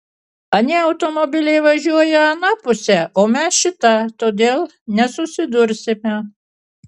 anie automobiliai važiuoja ana puse o mes šita todėl nesusidursime